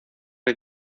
que